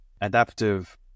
adaptive